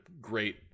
great